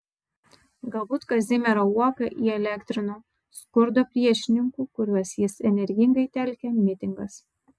galbūt kazimierą uoką įelektrino skurdo priešininkų kuriuos jis energingai telkė mitingas